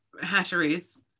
hatcheries